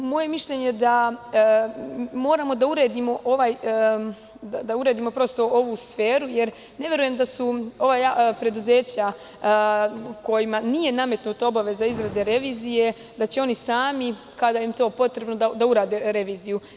Moje mišljenje je da moramo da uredimo ovu sferu, jer ne verujem da preduzeća kojima nije nametnuta obaveza izrade revizije da će sami kada im je to potrebno da urade reviziju.